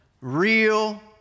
real